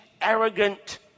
arrogant